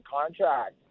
contract